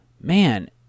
man